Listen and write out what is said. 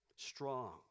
Strong